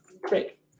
Great